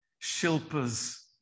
Shilpa's